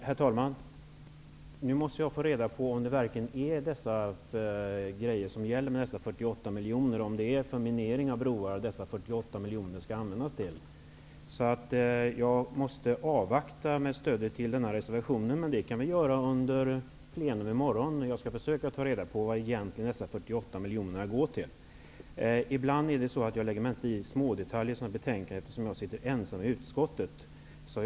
Herr talman! Nu måste jag få reda på vad som verkligen gäller för dessa 48 miljoner, om de skall användas till minering av broar. Jag avvaktar med besked om stöd till meningsyttringen till plenum i morgon. Jag skall försöka ta reda på vad dessa 48 miljoner egentligen går till. Ibland lägger jag mig inte i smådetaljer i betänkanden, eftersom jag är ensam i utskottet.